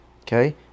okay